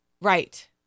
Right